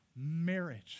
Marriage